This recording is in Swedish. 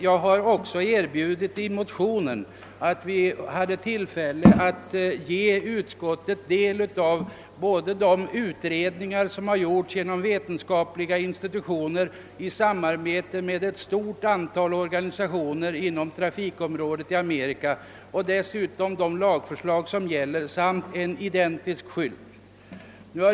Jag har också i motionen erbjudit utskottet att få ta del av både de utredningar som gjorts genom vetenskapliga institutioner i samarbete med ett stort antal organisationer inom trafikområdet i Amerika och dessutom gällande lagförslag samt en identisk skylt.